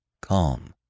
calm